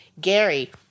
Gary